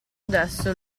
adesso